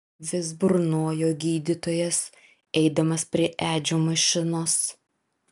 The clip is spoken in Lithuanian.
vis burnojo gydytojas eidamas prie edžio mašinos